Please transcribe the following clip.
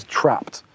trapped